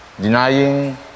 denying